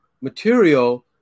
material